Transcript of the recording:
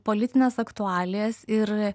politines aktualijas ir